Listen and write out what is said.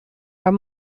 are